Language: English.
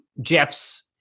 Jeff's